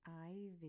ivy